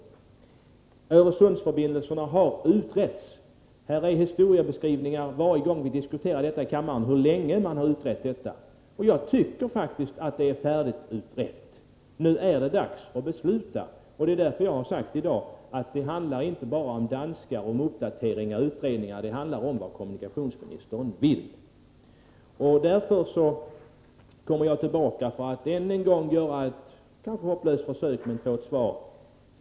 Öresundsförbindelserna har utretts. Här görs historieskrivningar om hur länge man har utrett detta varje gång vi diskuterar frågan i kammaren. Jag tycker faktiskt att det är färdigutrett. Nu är det dags att besluta. Det är därför som jag i dag har sagt att det inte bara handlar om danskar, uppdateringar och utredningar. Det handlar om vad kommunikationsministern vill. Därför kommer jag tillbaka för att än en gång göra ett kanske hopplöst försök att få ett svar.